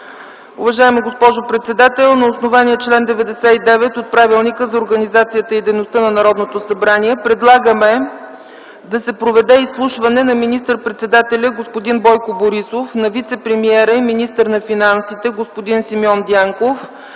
„Уважаема госпожо председател, на основание чл. 99 от Правилника за организацията и дейността на Народното събрание предлагам да се проведе изслушване на министър-председателя господин Бойко Борисов, на вицепремиера и министър на финансите господин Симеон Дянков,